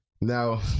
Now